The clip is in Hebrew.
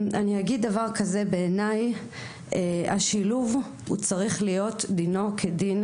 בעיניי, השילוב צריך להיות דינו כדין